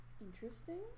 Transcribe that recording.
Interesting